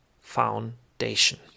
foundation